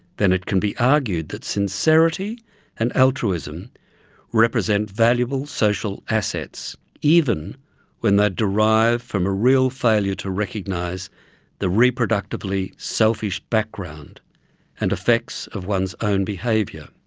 then it can be argued that sincerity and altruism represent valuable social assets even when they derive from a real failure to recognize the reproductively selfish background and effects of one's own behaviour.